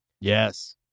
Yes